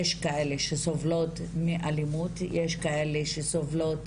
יש כאלה שסובלות מאלימות, יש כאלה שסובלות